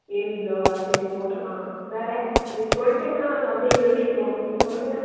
ஏழு கிலோவா சரி போட்டுடலாம் வேறு நீங்கள் சொல்லிட்டீங்கன்னா நாங்கள் அப்படியே எழுதிக்கிடுவோம் நீங்கள் சொல்லுங்க